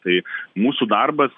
tai mūsų darbas